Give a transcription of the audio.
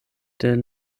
der